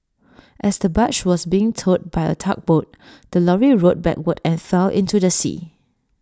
as the barge was being towed by A tugboat the lorry rolled backward and fell into the sea